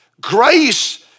Grace